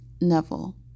Neville